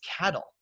cattle